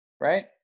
right